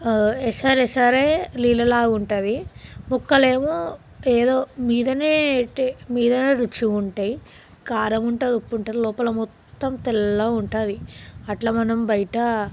ఎసరు ఎసరే నీళ్ళలాగా ఉంటుంది ముక్కలు ఏమో ఏదో మీదనే మీదనే రుచిగా ఉంటాయి కారం ఉంటుంది ఉప్పు ఉంటుంది లోపల మొత్తం తెల్లగా ఉంటుంది అట్లా మనం బయట